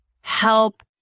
help